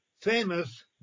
famous